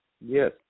yes